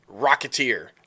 Rocketeer